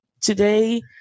today